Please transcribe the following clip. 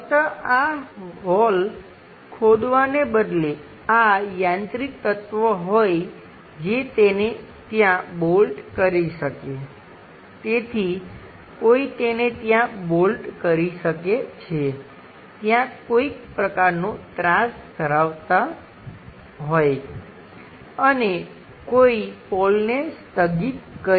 ફક્ત આ હોલ ખોદવાને બદલે આ યાંત્રિક તત્વ હોય જે તેને ત્યાં બોલ્ટ કરી શકે તેથી કોઈ તેને ત્યાં બોલ્ટ કરી શકે છે ત્યાં કોઈક પ્રકારનો ત્રાસ ધરાવતા હોય અને કોઈ પોલને સ્થગિત કરી શકે